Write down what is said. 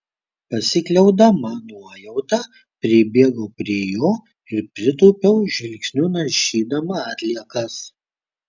pasikliaudama nuojauta pribėgau prie jo ir pritūpiau žvilgsniu naršydama atliekas